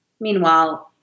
Meanwhile